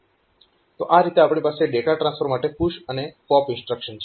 તો આ રીતે આપણી પાસે ડેટા ટ્રાન્સફર માટે પુશ અને પોપ ઇન્સ્ટ્રક્શન છે